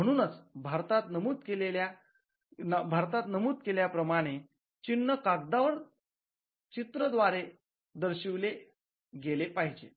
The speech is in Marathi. म्हणूनच भारतात नमूद केल्याप्रमाणे चिन्ह कागदावर चित्र द्वारे दर्शवले गेले पाहिजे